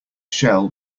shell